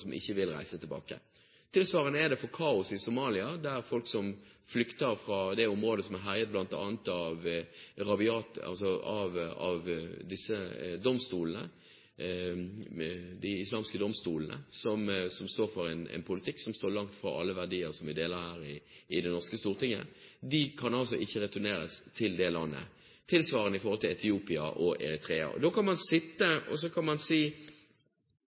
det området som er herjet av bl.a. de islamske domstolene, som står for en politikk som står langt fra alle verdier som vi deler her i det norske storting, ikke kan returneres til det landet. Tilsvarende er det i Etiopia og Eritrea. Da kan man sitte og si: Vi nekter å forholde oss til dette, det finnes mange mennesker der ute. Eller man kan snakke med dem. Det opplever jeg at alle partiene her i Stortinget er interessert i å gjøre, bortsett fra Fremskrittspartiet. Så får man